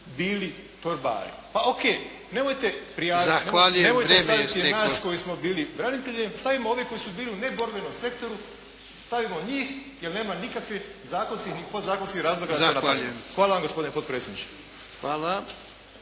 zahvaljujem, vrijeme je isteklo./… nemojte staviti nas koji smo bili branitelji, stavimo ove koji su bili u neborbenom sektoru, stavimo njih, jer nema nikakvih zakonskih ni podzakonskih razloga …/Govornik se ne razumije./… Hvala